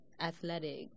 athletic